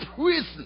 prison